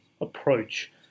approach